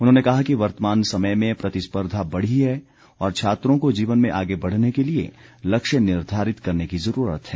उन्होंने कहा कि वर्तमान समय में प्रतिस्पर्धा बढ़ी है और छात्रों को जीवन में आगे बढ़ने के लिए लक्ष्य निर्धारित करने की जरूरत है